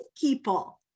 people